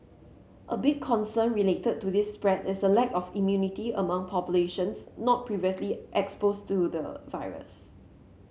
a big concern related to this spread is a lack of immunity among populations not previously exposed to the virus